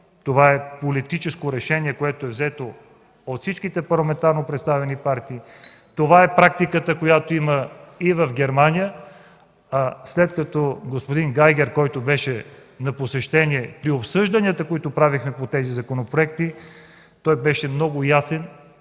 е политическо решение, взето от всички парламентарно представени партии. Това е практиката, която я има и в Германия. Господин Гягер, който беше на посещение при обсъжданията, които правехме по тези законопроекти, беше много ясен